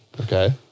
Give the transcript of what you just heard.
okay